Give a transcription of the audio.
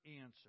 answer